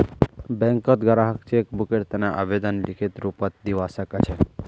बैंकत ग्राहक चेक बुकेर तने आवेदन लिखित रूपत दिवा सकछे